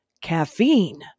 caffeine